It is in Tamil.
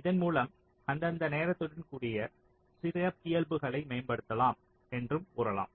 இதன்மூலம் அந்தந்த நேரத்துடன் கூடிய சிறப்பியல்புகளை மேம்படுத்தலாம் என்றும் கூறலாம்